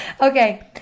Okay